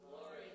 glory